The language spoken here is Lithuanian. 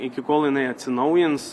iki kol jinai atsinaujins